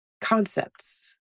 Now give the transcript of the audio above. concepts